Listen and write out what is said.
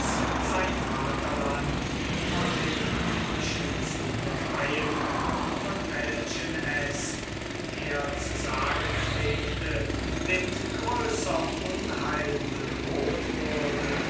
sein vaterland von den fröschen zu befreien von welchen es wie er zu sagen pflegte mit größerm unheil bedroht würde